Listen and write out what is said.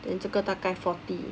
then 这个大概 forty